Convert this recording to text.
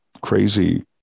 crazy